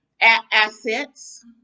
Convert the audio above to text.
assets